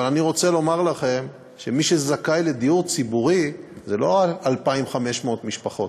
אבל אני רוצה לומר לכם שמי שזכאי לדיור ציבורי זה לא 2,500 משפחות,